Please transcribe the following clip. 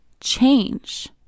change